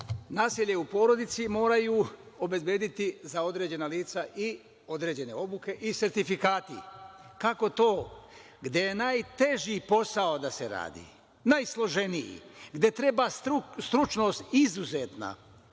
nasilje u porodici, moraju obezbediti za određena lica i određene obuke i sertifikati. Kako to gde je najteži posao da se radi, najsloženiji, gde treba stručnost izuzetna,